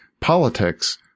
politics